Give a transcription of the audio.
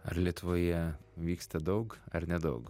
ar lietuvoje vyksta daug ar nedaug